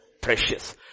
precious